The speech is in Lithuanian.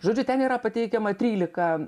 žodžiu ten yra pateikiama trylika